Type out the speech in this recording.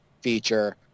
feature